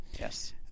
Yes